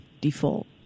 default